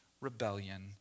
rebellion